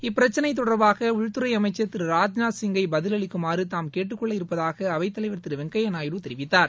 இப்பிரச்சனை தொடர்பாக உள்துறை அமைச்சர் திரு ராஜ்நாத் சிங்கை பதில் அளிக்குமாறு தாம் கேட்டுக்கொள்ள இருப்பதாக அவை தலைவர் திரு வெங்கைய்யா நாயுடு தெரிவித்தார்